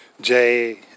Jay